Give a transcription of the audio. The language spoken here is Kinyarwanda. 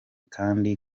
kandi